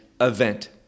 event